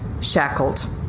shackled